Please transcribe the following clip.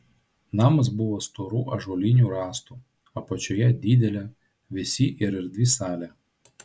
namas buvo storų ąžuolinių rąstų apačioje didelė vėsi ir erdvi salė